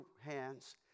hands